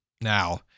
Now